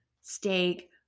steak